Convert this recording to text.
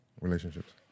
Relationships